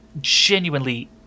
genuinely